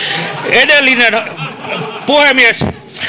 puhemies